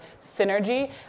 synergy